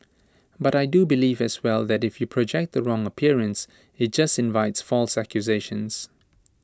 but I do believe as well that if you project the wrong appearance IT just invites false accusations